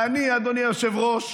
ואני, אדוני היושב-ראש,